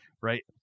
right